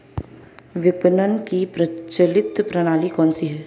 विपणन की प्रचलित प्रणाली कौनसी है?